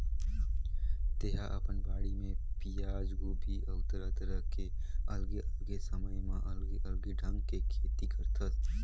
तेहा अपन बाड़ी म पियाज, गोभी अउ तरह तरह के अलगे अलगे समय म अलगे अलगे ढंग के खेती करथस